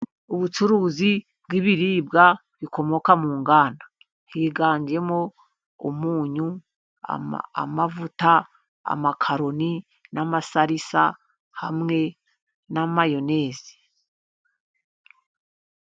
Ubucuruzi bw'ibiribwa bikomoka mu nganda higanjemo umunyu, amavuta, amakaroni n'amasarisa hamwe na mayonezi.